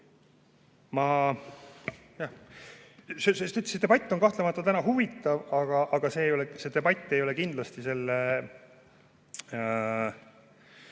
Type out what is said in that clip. See debatt on kahtlemata huvitav, aga see ei ole kindlasti selle